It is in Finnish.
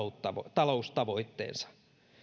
taloustavoitteensa